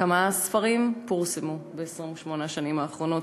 כמה ספרים פורסמו ב-28 השנים האחרונות?